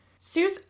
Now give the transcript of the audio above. Seuss